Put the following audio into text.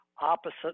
opposite